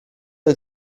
del